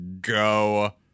go